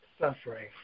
Suffering